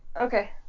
Okay